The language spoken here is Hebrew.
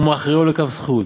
ומכריעו לכף זכות,